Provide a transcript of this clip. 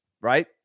right